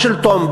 השלטון,